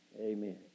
Amen